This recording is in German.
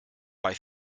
bei